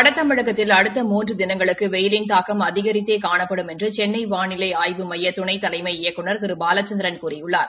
வடதமிழகத்தில் அடுத்த மூன்று தினங்களுக்கு வெய்யிலின் தாக்கம் அதிகரித்தே காணப்படும் என்று சென்னை வானிலை மையத்தின் துணைத்தலைமை இயக்குநர் திரு பாலசந்திரன் கூறியுள்ளார்